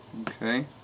Okay